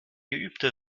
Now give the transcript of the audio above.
geübte